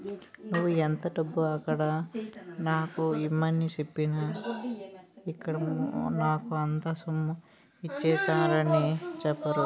నువ్వు ఎంత డబ్బు అక్కడ నాకు ఇమ్మని సెప్పితే ఇక్కడ నాకు అంత సొమ్ము ఇచ్చేత్తారని చెప్పేరు